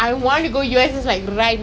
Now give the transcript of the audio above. the clothes all comfortable